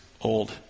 old